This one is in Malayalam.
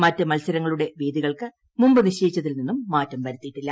മറ്റ് മത്സരങ്ങളുടെ വേദികൾക്ക് മുമ്പ് നിശ്ചയിച്ചതിൽ നിന്ന് മാറ്റം വരുത്തിയിട്ടില്ല